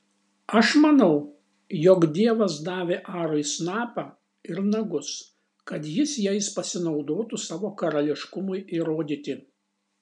aš manau jog dievas davė arui snapą ir nagus kad jis jais pasinaudotų savo karališkumui įrodyti